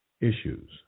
issues